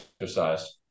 exercise